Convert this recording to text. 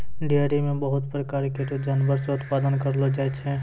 dairy म बहुत प्रकार केरो जानवर से उत्पादन करलो जाय छै